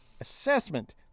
assessment